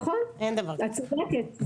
נכון, את צודקת.